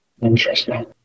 Interesting